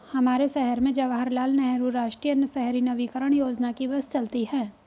हमारे शहर में जवाहर लाल नेहरू राष्ट्रीय शहरी नवीकरण योजना की बस चलती है